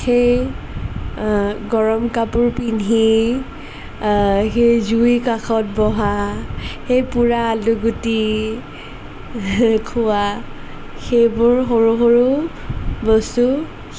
সেই গৰম কাপোৰ পিন্ধি সেই জুইৰ কাষত বহা সেই পোৰা আলুগুটি খোৱা সেইবোৰ সৰু সৰু বস্তু